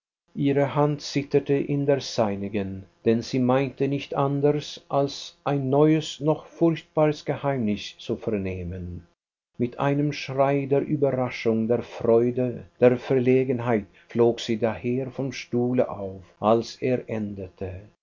ihre hand zitterte in der seinigen denn sie meinte nicht anders als ein neues noch furchtbareres geheimnis zu vernehmen mit einem schrei der überraschung der freude der verlegenheit flog sie daher vom stuhle auf als er endete